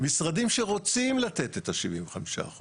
משרדים שרוצים לתת את ה-75%